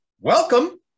welcome